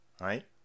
Right